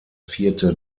vierte